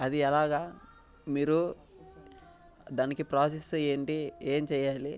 అది ఎలాగా మీరు దానికి ప్రాసెస్ ఏంటి ఏం చేయాలి